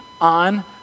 on